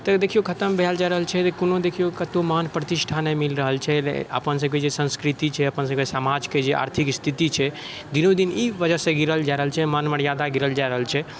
तऽ देखिऔ खतम भेल जा रहल छै कोनो देखिऔ कतहुँ मान प्रतिष्ठा नहि मिल रहल छै अपन सबके जे संस्कृति छै अपन सबके समाजके जे आर्थिक स्थिति छै दिनोदिन ई वजह से गिरल जा रहल छै मान मर्यादा गिरल जा रहल छै